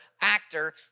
actor